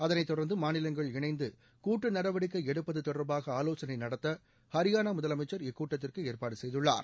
அதைத் தொடர்ந்து மாநிலங்கள் இணைந்து கூட்டு நடவடிக்கை எடுப்பது தொடர்பாக ஆலோசனை நடத்த ஹரியானா முதலமைச்சர் இக்கூட்டத்திற்கு ஏற்பாடு செய்துள்ளார்